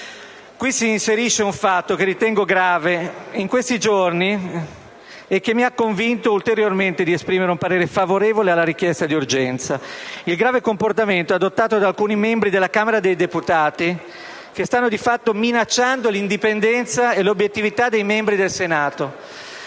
Qui si inserisce un fatto che ritengo grave di questi giorni e che mi ha convinto ancora di più ad esprimere parere favorevole alla richiesta di urgenza: il grave comportamento adottato da alcuni membri della Camera dei Deputati, che stanno di fatto minacciando l'indipendenza e l'obiettività dei membri del Senato,